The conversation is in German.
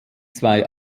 zwei